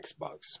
Xbox